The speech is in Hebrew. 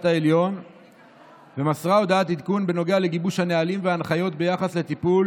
העליון ומסרה הודעת עדכון בנוגע לגיבוש הנהלים וההנחיות ביחס לטיפול